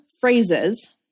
phrases